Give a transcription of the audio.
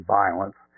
violence